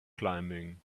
climbing